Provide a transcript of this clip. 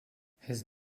his